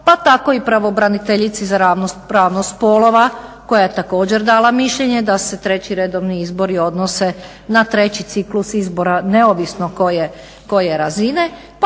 pa tako i pravobraniteljici za ravnopravnost spolova koja je također dala mišljenje da se treći redovni izbori odnose na treći ciklus izbora neovisno koje razine